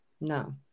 No